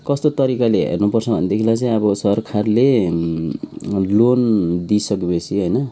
कस्तो तरिकाले हेर्नुपर्छ भनेदेखिलाई चाहिँ अब सरकारले लोन दिइसकेपछि होइन